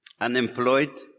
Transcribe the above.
unemployed